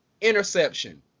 interception